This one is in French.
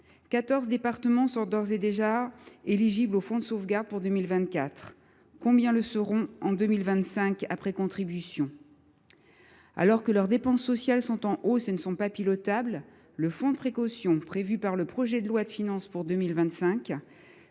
départements sont d’ores et déjà éligibles au fonds de sauvegarde pour 2024. Combien le seront ils en 2025 après contribution ? Alors que leurs dépenses sociales sont en hausse et ne sont pas pilotables, le fonds de précaution prévu par le projet de loi de finances pour 2025